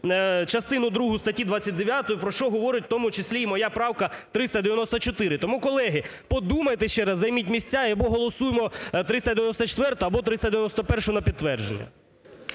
частину другу статті 29, про що говорить в тому числі і моя правка 394. Тому, колеги, подумайте ще раз, займіть місця, або голосуємо 394, або 391 на підтвердження.